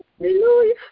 Hallelujah